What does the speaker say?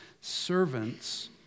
Servants